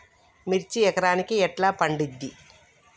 మిర్చి ఎకరానికి ఎట్లా పండుద్ధి?